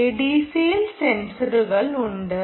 ADCയിൽസെൻസറുകൾ ഉണ്ട്